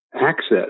access